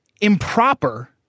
improper